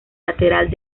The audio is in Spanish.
lateral